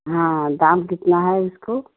हाँ दाम कितना है इसको